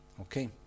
Okay